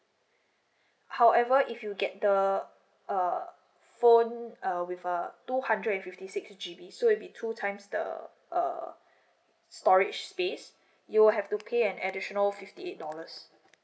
however if you get the uh phone uh with uh two hundred fifty six G_B so it will be two times the uh uh storage space you will have to pay an additional fifty eight dollars